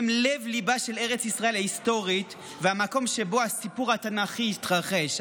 הם לב-ליבה של ארץ ישראל ההיסטורית והמקום שבו הסיפור התנ"כי התרחש.